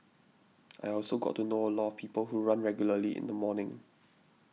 I also got to know a lot of people who run regularly in the morning